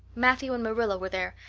matthew and marilla were there,